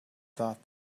thought